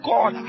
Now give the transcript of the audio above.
God